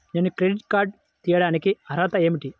నేను credit card తీయడానికి అర్హత ఏమిటి?